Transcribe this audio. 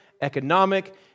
economic